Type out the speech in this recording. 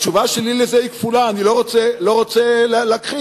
התשובה שלי לזה היא כפולה, אני לא רוצה להכחיש: